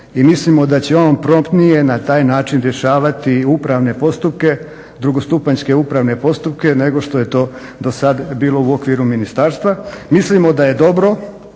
mislimo da će on promptnije na taj način rješavati i upravne postupke, drugostupanjske upravne postupke nego što je to do sada bilo u okviru ministarstva. Mislimo da je dobro